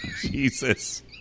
Jesus